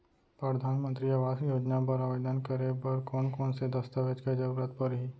परधानमंतरी आवास योजना बर आवेदन करे बर कोन कोन से दस्तावेज के जरूरत परही?